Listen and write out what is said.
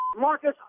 Marcus